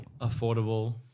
affordable